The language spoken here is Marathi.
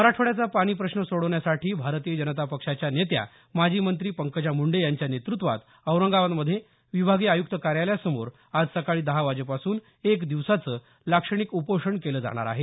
मराठवाड्याचा पाणी प्रश्न सोडवण्यासाठी भारतीय जनता पक्षाच्या नेत्या माजी मंत्री पंकजा मुंडे यांच्या नेतृत्वात औरंगाबादमध्ये विभागीय आयुक्त कार्यालयासमोर आज सकाळी दहा वाजेपासून एक दिवसाचं लाक्षणिक उपोषण केलं जाणार आहे